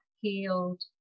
healed